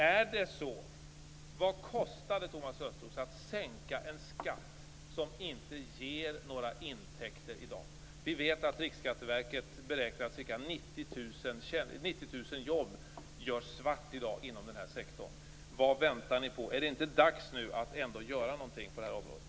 Och vad kostar det, Thomas Östros, att sänka en skatt som inte ger några intäkter i dag? Vi vet att Riksskatteverket beräknar att ca 90 000 jobb i dag görs svart inom den här sektorn. Vad väntar ni på? Är det inte dags att nu göra någonting på det här området?